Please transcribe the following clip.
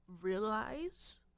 realize